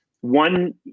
one